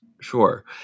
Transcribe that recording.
Sure